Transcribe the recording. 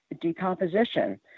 decomposition